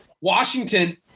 Washington